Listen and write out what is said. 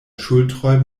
ŝultroj